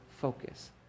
focus